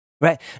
right